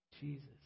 Jesus